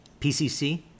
PCC